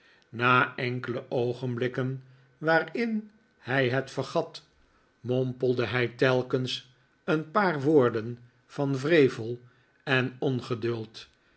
na enkele oogenblikken waarin ralph en zijn bediende hij het vergat mompelde hij telkens een paar woorden van wrevel en ongeduld